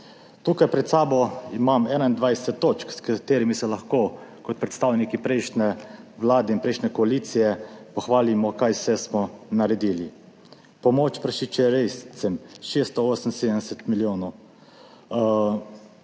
Tukaj pred sabo imam 21 točk, s katerimi se lahko kot predstavniki prejšnje vlade in prejšnje koalicije pohvalimo kaj vse smo naredili. Pomoč prašičerejcem 678 milijonov,